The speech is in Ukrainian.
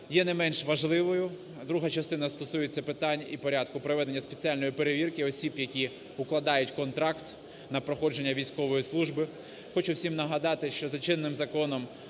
є не менш важливою, друга частина стосується питань і порядку проведення спеціальної перевірки осіб, які укладають контракт на проходження військової служби. Хочу всім нагадати, що за чинним законом